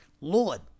Lord